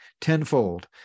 tenfold